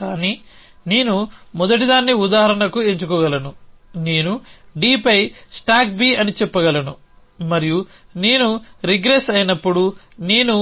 కానీ నేను మొదటిదాన్ని ఉదాహరణకు ఎంచుకోగలను నేను d పై స్టాక్ b అని చెప్పగలను మరియు నేను రిగ్రెస్ అయినప్పుడు నేను